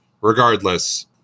regardless